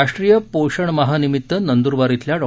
राष्ट्रीय पोषणमाह निमित्त नंदुरबार इथल्या डॉ